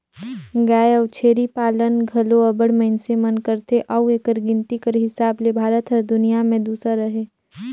गाय अउ छेरी पालन घलो अब्बड़ मइनसे मन करथे अउ एकर गिनती कर हिसाब ले भारत हर दुनियां में दूसर अहे